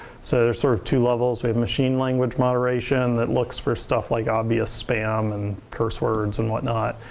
so there are sort of two levels. we have machine language moderation that looks for stuff like obvious spam and curse words and whatnot.